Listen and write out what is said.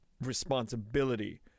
responsibility